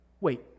wait